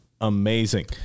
amazing